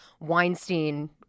Weinstein